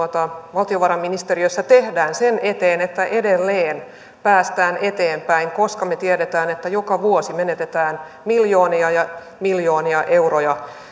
valtiovarainministeriössä tehdään sen eteen että edelleen päästään eteenpäin koska me tiedämme että joka vuosi menetetään miljoonia ja miljoonia euroja